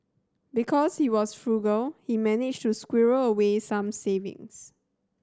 because he was frugal he managed to squirrel away some savings